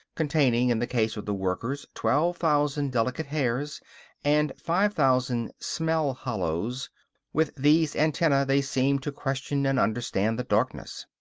containing, in the case of the workers, twelve thousand delicate hairs and five thousand smell hollows with these antennae they seem to question and understand the darkness.